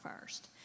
first